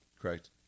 Correct